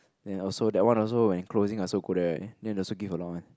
then also that one also when it closing I also go there then they also give a lot one